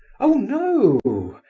oh no,